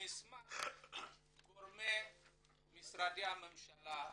אני אשמח ממשרדי הממשלה,